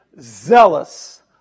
zealous